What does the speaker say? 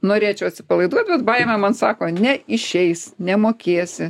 norėčiau atsipalaiduot bet baimė man sako neišeis nemokėsi